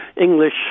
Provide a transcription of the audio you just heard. english